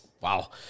Wow